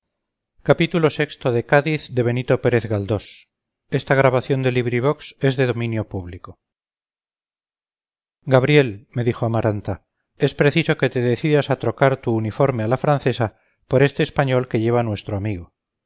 como hombre galante no las dejaba de la mano arribaabajo vi gabriel me dijo amaranta es preciso que te decidas a trocar tu uniforme a la francesa por este español que lleva nuestro amigo